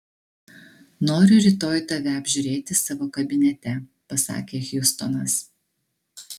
noriu rytoj tave apžiūrėti savo kabinete pasakė hjustonas